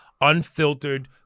unfiltered